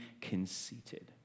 conceited